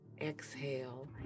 exhale